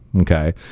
okay